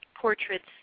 portraits